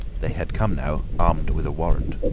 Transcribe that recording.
they had come now armed with a warrant.